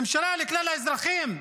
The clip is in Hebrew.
ממשלה לכלל האזרחים?